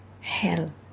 hell